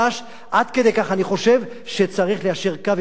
עד כדי כך אני חושב שצריך ליישר קו עם הטורקים.